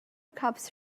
cups